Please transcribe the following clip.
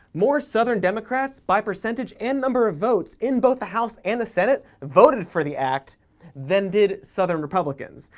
more southern democrats, by percentage and number of votes in both the house and the senate, voted for the act than did southern republicans,